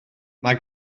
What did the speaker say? mae